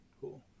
Cool